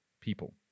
people